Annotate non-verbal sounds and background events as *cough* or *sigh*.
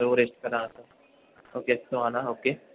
Everest *unintelligible* okay Suhana okay